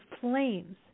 flames